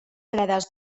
fredes